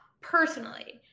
personally